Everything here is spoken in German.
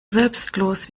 selbstlos